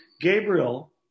Gabriel